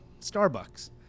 starbucks